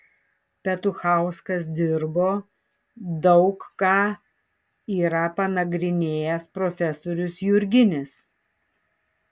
petuchauskas dirbo daug ką yra panagrinėjęs profesorius jurginis